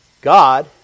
God